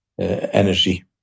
energy